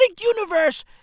Universe